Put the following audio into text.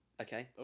Okay